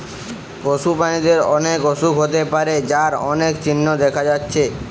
পশু প্রাণীদের অনেক অসুখ হতে পারে যার অনেক চিহ্ন দেখা যাচ্ছে